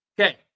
Okay